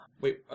Wait